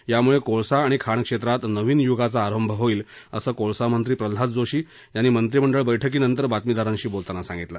यामुळे कोळसा आणि खाण क्षेत्रात नवीन यगाचा आरंभ होईल असं कोळसामंत्री प्रल्हाद जोशी यांनी मंत्रिमंडळ बैठकीनंतर बातमीदारांशी बोलताना सांगितलं